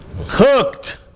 hooked